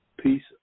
Peace